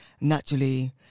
naturally